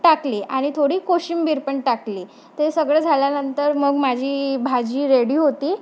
टाकली आणि थोडी कोशिंबीर पण टाकली ते सगळं झाल्यानंतर मग माझी भाजी रेडी होती